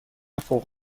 فوق